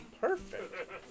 Perfect